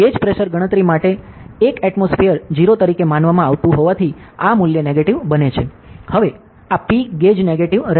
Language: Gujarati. ગેજ પ્રેશર ગણતરી માટે 1 એટમોસ્ફિઅર 0 તરીકે માનવામાં આવતું હોવાથી આ મૂલ્ય નેગેટીવ બને છે હવે આ P ગેજ નેગેટીવ રહેશે